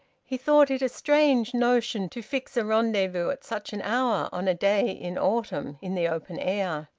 he thought it a strange notion, to fix a rendezvous at such an hour, on a day in autumn, in the open air.